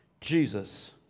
Jesus